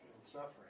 suffering